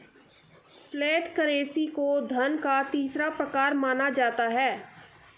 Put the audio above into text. flat currency को धन का तीसरा प्रकार माना जाता है